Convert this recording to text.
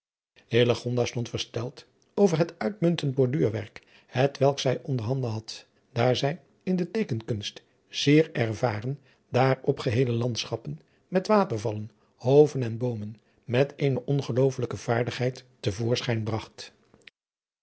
stond versteld over het uitmuntend borduurwerk het welk zij onder handen had daar zij in de teekenkunst zeer ervaren daarop geheele landschappen met watervallen hoven en boomen met eene ongeloofelijke vaardigheid te voorschijn bragt